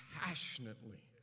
passionately